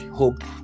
hope